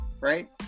right